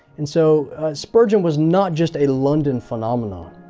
and so spurgeon was not just a london phenomenon,